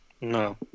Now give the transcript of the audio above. no